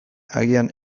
agian